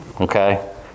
Okay